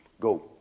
go